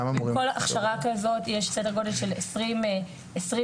בכל הכשרה כזאת יש סדר גודל של 20 מורים,